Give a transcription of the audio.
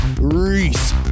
Reese